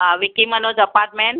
हा विकी मनोज अपार्टमैंट